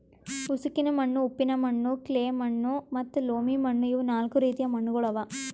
ಉಸುಕಿನ ಮಣ್ಣು, ಉಪ್ಪಿನ ಮಣ್ಣು, ಕ್ಲೇ ಮಣ್ಣು ಮತ್ತ ಲೋಮಿ ಮಣ್ಣು ಇವು ನಾಲ್ಕು ರೀತಿದು ಮಣ್ಣುಗೊಳ್ ಅವಾ